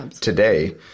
today